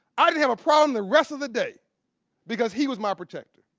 i didn't have a problem the rest of the day because he was my protector.